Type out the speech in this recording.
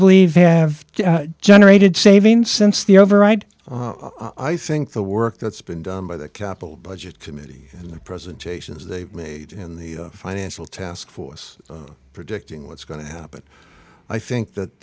believe have generated saving since the override i think the work that's been done by the capital budget committee and the presentations they've made in the financial taskforce predicting what's going to happen i think that